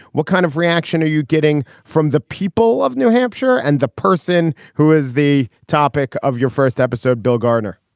what kind of reaction are you getting from the people of new hampshire? and the person who is the topic of your first episode, bill gardner